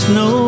no